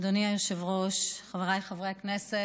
אדוני היושב-ראש, חבריי חברי הכנסת,